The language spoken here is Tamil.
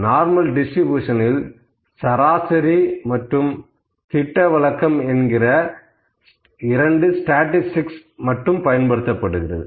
நார்மல் டிஸ்ட்ரிபியூஷன்இல் சராசரி மற்றும் திட்டவிலக்கம் என்ற இரு ஸ்டாடிஸ்டிக்ஸ் மட்டும் பயன்படுத்தப்படுகிறது